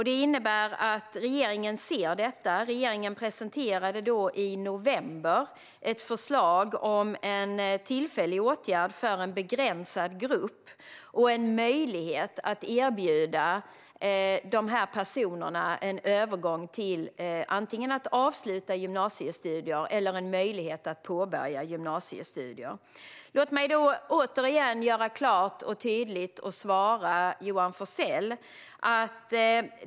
Detta har regeringen sett, och i november presenterade man ett förslag om en tillfällig åtgärd för en begränsad grupp och en möjlighet att erbjuda dessa personer en övergång till att antingen avsluta eller påbörja gymnasiestudier. Låt mig återigen klart och tydligt svara Johan Forssell.